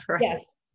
Yes